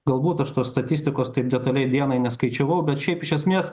galbūt aš tos statistikos taip detaliai dienai neskaičiavau bet šiaip iš esmės